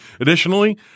Additionally